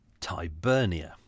Tibernia